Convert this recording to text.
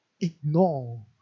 ignore